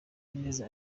neza